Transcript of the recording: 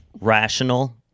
rational